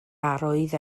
arwydd